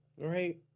Right